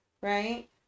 Right